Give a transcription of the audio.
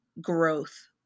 growth